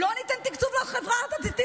לא ניתן תקציב לחברה הדתית?